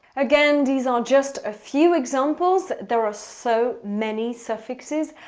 again, these are just a few examples. there are so many suffixes.